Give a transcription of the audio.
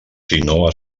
sinó